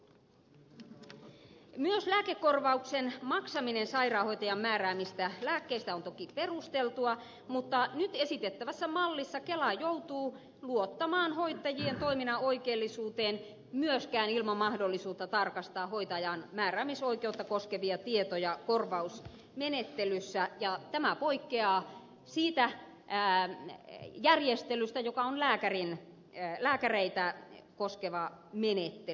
myös lääkekorvauksen maksaminen sairaanhoitajan määräämistä lääkkeistä on toki perusteltua mutta nyt esitettävässä mallissa kela joutuu luottamaan hoitajien toiminnan oikeellisuuteen myöskään ilman mahdollisuutta tarkastaa hoitajan määräämisoikeutta koskevia tietoja korvausmenettelyssä ja tämä poikkeaa siitä järjestelystä joka on lääkäreitä koskeva menettelytapa